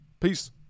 peace